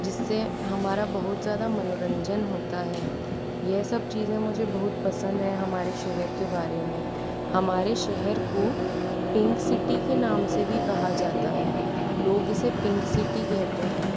जिससे हमारा बहुत ज़्यादा मनोरंजन होता है यह सब चीज़ें मुझे बहुत पसंद है हमारे शहर के बारे में हमारे शहर को पिंक सिटी के नाम से भी कहा जाता है लोग इसे पिंक सिटी कहते हैं